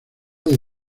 del